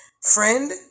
Friend